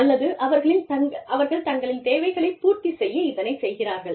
அல்லது அவர்கள் தங்களின் தேவைகளைப் பூர்த்தி செய்ய இதனைச் செய்கிறார்கள்